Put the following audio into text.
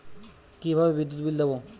কিভাবে বিদ্যুৎ বিল দেবো?